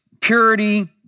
Purity